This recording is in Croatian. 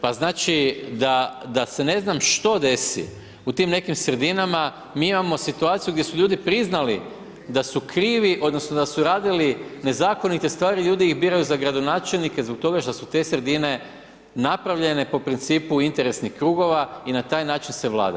Pa znači, da se ne z nam što desi u tim nekim sredinama, mi imamo situaciju, gdje su ljudi priznali da su krivi, odnosno, da su radili nezakonite stvari, ljudi ih biraju za gradonačelnike, zbog toga što su te sredine napravljene po principu interesnih krugova i na taj način se vlada.